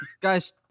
Guys